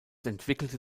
entwickelte